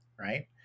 right